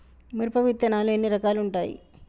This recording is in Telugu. మిరప విత్తనాలు ఎన్ని రకాలు ఉంటాయి?